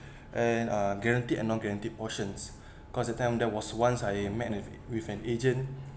and err guaranteed and non guaranteed portions that attempt there was once I met with with an agent